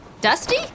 Dusty